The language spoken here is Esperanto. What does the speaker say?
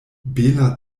bela